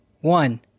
one